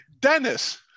Dennis